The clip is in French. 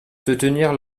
soutenir